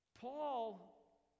Paul